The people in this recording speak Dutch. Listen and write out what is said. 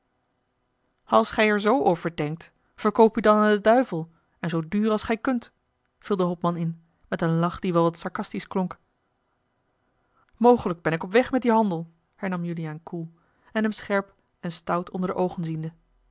als gij er zoo over denkt verkoop u dan aan den duivel en zoo duur als gij kunt viel de hopman in met een lach die wel wat sarcastisch klonk mogelijk ben ik op weg met dien handel hernam juliaan koel en hem scherp en stout onder de oogen ziende